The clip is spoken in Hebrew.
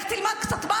לך תלמד קצת.